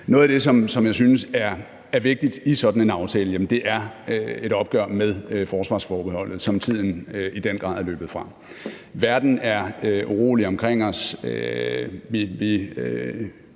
Noget af det, som jeg synes er vigtigt i sådan en aftale, er et opgør med forsvarsforbeholdene, som tiden i den grad er løbet fra. Verden er urolig omkring os.